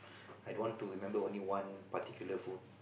I don't want to remember only one